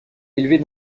élevée